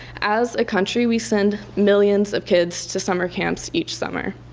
as a country we send millions of kids to summer camps each summer,